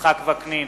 יצחק וקנין,